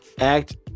act